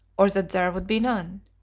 or that there would be none.